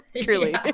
Truly